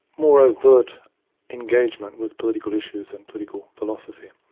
more overt engagement with political issues and political philosophy.